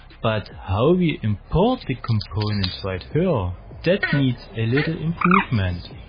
but how we import the components right here, that needs a little improvement.